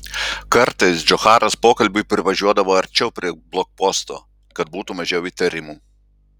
kartais džocharas pokalbiui privažiuodavo arčiau prie blokposto kad būtų mažiau įtarimų